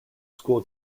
school